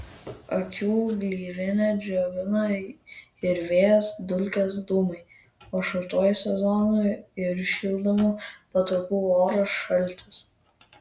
akių gleivinę džiovina ir vėjas dulkės dūmai o šaltuoju sezonu ir šildomų patalpų oras šaltis